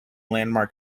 landmark